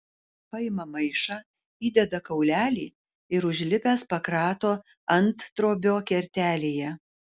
paima maišą įdeda kaulelį ir užlipęs pakrato anttrobio kertelėje